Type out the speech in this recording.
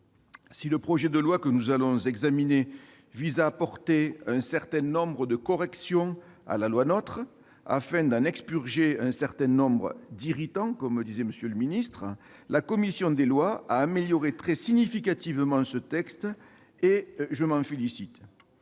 Si le projet de loi que nous allons examiner vise à apporter des corrections à la loi NOTRe, afin d'en expurger un certain nombre d'« irritants », comme le disait M. le ministre, la commission des lois a amélioré très significativement ce texte, ce dont je me félicite.